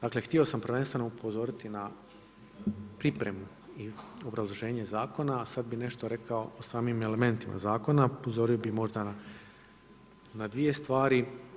Dakle htio sam prvenstveno upozoriti na pripremu i obrazloženje zakona, a sada bi nešto rekao o samim elementima zakona, upozorio bih možda na dvije stvari.